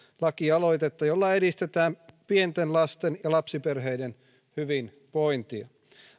lakialoitetta jolla edistetään pienten lasten ja lapsiperheiden hyvinvointia